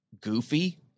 goofy